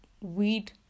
weed